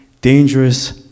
dangerous